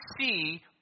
see